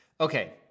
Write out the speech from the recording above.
Okay